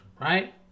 right